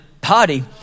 party